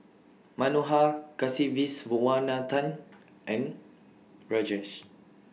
Manohar Kasiviswanathan and Rajesh